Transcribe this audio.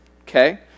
okay